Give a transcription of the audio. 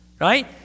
right